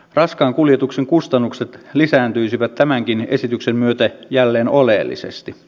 raskaan kuljetuksen kustannukset lisääntyisivät tämänkin esityksen myötä jälleen oleellisesti